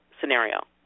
scenario